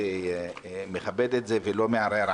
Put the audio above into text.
צריך להצביע.